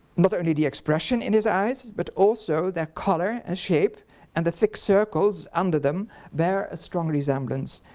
not only the expression in his eyes but also their colour and shape and the thick circles under them bear a strong resemblance,